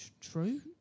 true